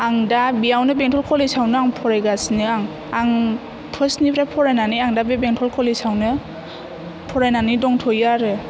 आं दा बेयावनो बेंटल कलेजावनो आं फरायगासिनो आं आं फार्स्टनिफ्राय फरायनानै आं दा बे बेंटल कलेजावनो फरायनानै दंथ'यो आरो